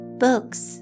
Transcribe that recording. books